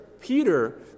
Peter